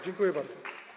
Dziękuję bardzo.